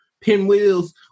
pinwheels